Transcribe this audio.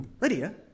Lydia